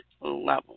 level